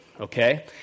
okay